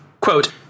Quote